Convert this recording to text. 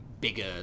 bigger